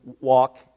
walk